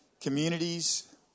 communities